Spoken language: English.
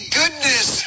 goodness